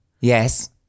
Yes